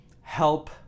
help